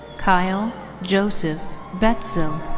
kyle joseph betsill.